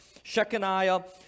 Shechaniah